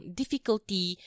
difficulty